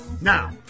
Now